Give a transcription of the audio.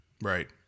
Right